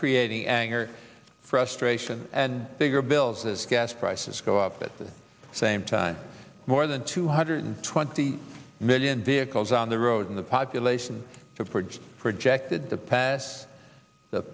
creating anger frustration and bigger bills as gas prices go up at the same time more than two hundred twenty million vehicles on the road and the population purged projected to pass the